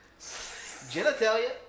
Genitalia